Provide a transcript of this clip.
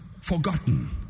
Forgotten